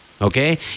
Okay